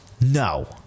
no